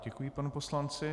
Děkuji panu poslanci.